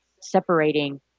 separating